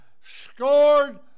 scored